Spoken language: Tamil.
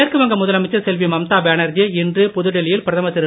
மேற்கு வங்க முதலமைச்சர் செல்வி மம்தா பேனர்ஜி இன்று புதுடெல்லியில் பிரதமர் திரு